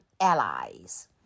allies